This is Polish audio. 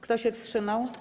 Kto się wstrzymał?